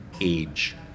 age